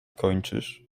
kończysz